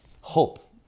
Hope